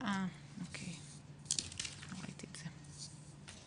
מעבירים מסרים של משרד הבריאות בתיאום.